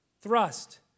thrust